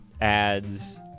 ads